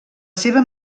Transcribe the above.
seva